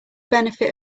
benefit